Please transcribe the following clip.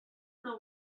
know